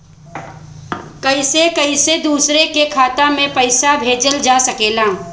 कईसे कईसे दूसरे के खाता में पईसा भेजल जा सकेला?